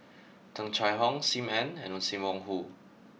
Tung Chye Hong Sim Ann and Sim Wong Hoo